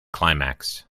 climax